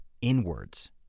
inwards